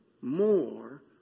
more